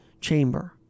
chamber